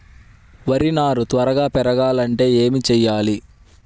వరి నారు త్వరగా పెరగాలంటే ఏమి చెయ్యాలి?